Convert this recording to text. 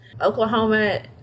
Oklahoma